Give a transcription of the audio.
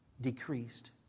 decreased